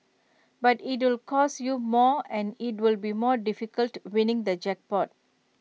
but it'll cost you more and IT will be more difficult winning the jackpot